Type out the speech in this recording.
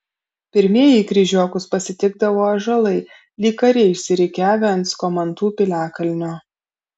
pirmieji kryžiokus pasitikdavo ąžuolai lyg kariai išsirikiavę ant skomantų piliakalnio